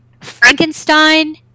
Frankenstein